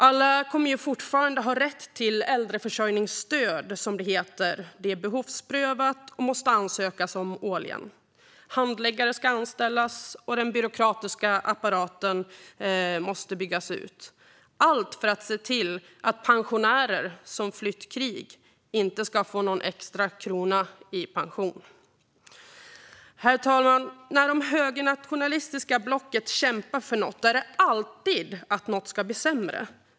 Alla kommer fortfarande ha rätt till äldreförsörjningsstöd, som det heter, men det är behovsprövat och måste ansökas om årligen. Handläggare ska anställas, och den byråkratiska apparaten måste byggas ut - allt för att se till att pensionärer som flytt från krig inte ska få någon krona extra i pension. Herr talman! När det högernationalistiska blocket kämpar för något är det alltid för att något ska bli sämre.